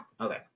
Okay